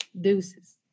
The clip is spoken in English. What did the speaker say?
deuces